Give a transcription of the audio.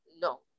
No